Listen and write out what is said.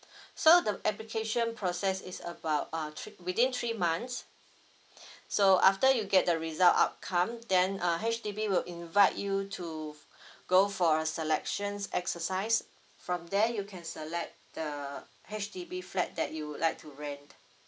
so the application process is about uh three within three months so after you get the result outcome then uh H_D_B will invite you to go for a selections exercise from there you can select the H_D_B flat that you would like to rent